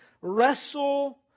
wrestle